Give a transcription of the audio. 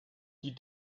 die